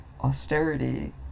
austerity